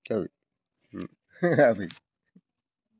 जाबाय